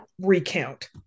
Recount